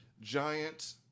giant